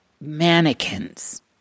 mannequins